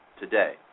today